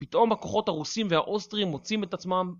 פתאום הכוחות הרוסים והאוסטרים מוצאים את עצמם.